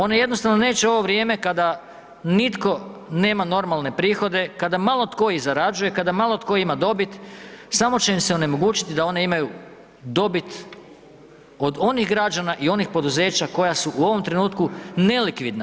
One jednostavno neće ovo vrijeme kada nitko nema normalne prihode, kada malo tko i zarađuje, kada malo tko ima dobit samo će im se onemogućiti da one imaju dobit od onih građana i onih poduzeća koja su u ovom trenutku nelikvidna.